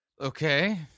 Okay